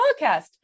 podcast